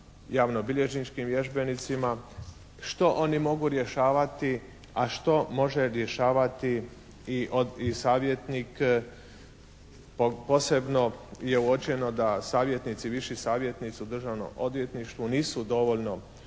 javnobilježničkim vježbenicima što oni mogu rješavati, a što može rješavati i savjetnik. Posebno je uočeno da savjetnici, viši savjetnici u Državnom odvjetništvu nisu dovoljno